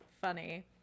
funny